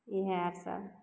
इएहसभ